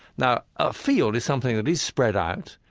now, a field is something that is spread out,